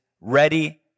ready